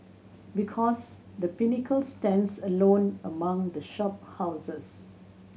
because The Pinnacle stands alone among the shop houses